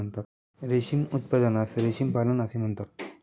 रेशीम उत्पादनास रेशीम पालन असे म्हणतात